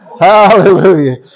Hallelujah